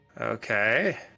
Okay